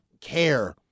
care